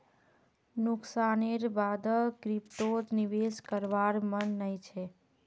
नुकसानेर बा द क्रिप्टोत निवेश करवार मन नइ छ